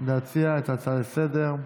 להציע את ההצעה לסדר-היום.